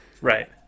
Right